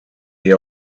the